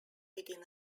within